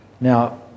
Now